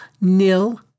nil